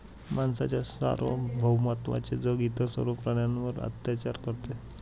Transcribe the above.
माणसाच्या सार्वभौमत्वाचे जग इतर सर्व प्राण्यांवर अत्याचार करते